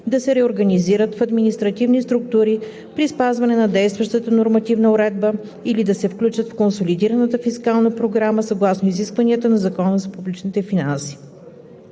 да се реорганизират в административни структури при спазване на действащата нормативна уредба или да се включат в консолидираната фискална програма съгласно изискванията на Закона за публичните финанси.